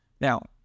now